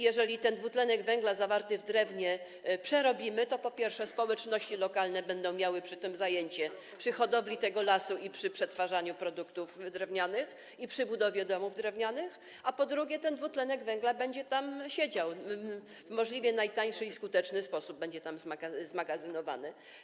Jeżeli ten dwutlenek węgla zawarty w drewnie przerobimy, to po pierwsze, społeczności lokalne będą miały zajęcie przy hodowli tego lasu, przetwarzaniu produktów drewnianych i budowie domów drewnianych, a po drugie, ten dwutlenek węgla będzie tam siedział, w możliwie najtańszy i skuteczny sposób będzie tam zmagazynowany.